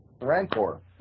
Rancor